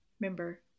remember